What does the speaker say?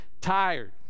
tired